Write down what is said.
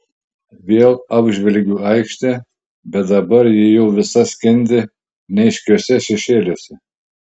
vėl apžvelgiu aikštę bet dabar ji jau visa skendi neaiškiuose šešėliuose